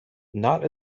not